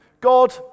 God